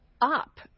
up